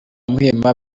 muhima